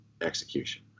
execution